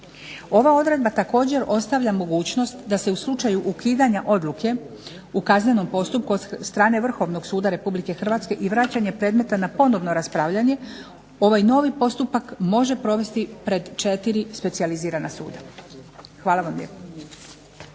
Ova odredba također ostavlja mogućnost da se u slučaju ukidanja odluke u kaznenom postupku od strane Vrhovnog suda RH i vraćanje predmeta na ponovno raspravljanje, ovaj novi postupak može provesti pred 4 specijalizirana suda. Hvala vam lijepo.